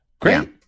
Great